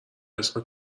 اسم